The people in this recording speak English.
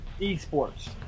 Esports